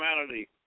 humanity